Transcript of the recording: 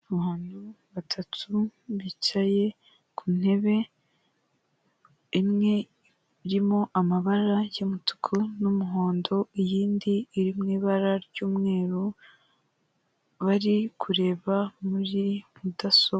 Abantu batatu bicaye ku ntebe imwe, irimo amabara y'umutuku n'umuhondo iyindi iri mu ibara ry'umweru bari kureba muri mudasobwa.